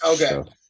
okay